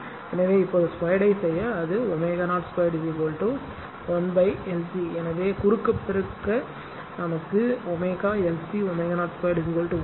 எனவே இப்போது 2 செய்ய அது ω0 2 1LC எனவே குறுக்கு பெருக்க ω LC ω0 2 1